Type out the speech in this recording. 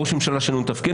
ראש ממשלה שמחליט לא לתפקד.